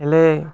ହେଲେ